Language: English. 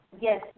Yes